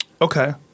Okay